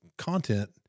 content